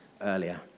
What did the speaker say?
earlier